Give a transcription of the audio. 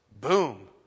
Boom